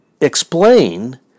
explain